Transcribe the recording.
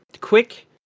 quick